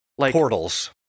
Portals